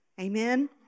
Amen